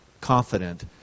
confident